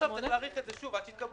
הוארכה שוב מכוח סעיף 38. למה לא להאריך